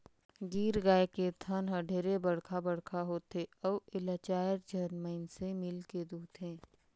गीर गाय के थन हर ढेरे बड़खा बड़खा होथे अउ एला चायर झन मइनसे मिलके दुहथे